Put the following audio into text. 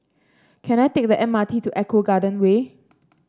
can I take the M R T to Eco Garden Way